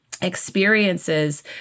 experiences